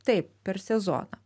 taip per sezoną